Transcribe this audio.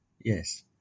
Yes